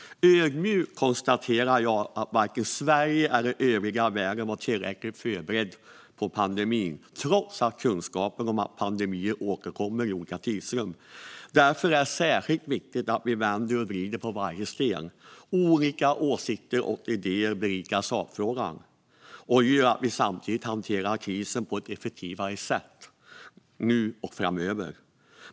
Ödmjukt konstaterar jag att varken Sverige eller övriga världen var tillräckligt förberedd på pandemin, trots kunskapen om att pandemier återkommer i olika tidsrum. Därför är det särskilt viktigt att vi vänder och vrider på varje sten. Olika åsikter och idéer berikar sakfrågan och gör att vi samtidigt hanterar krisen på ett effektivare sätt, nu och framöver.